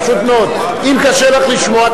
פשוט מאוד: אם קשה לך לשמוע,